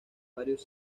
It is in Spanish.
varios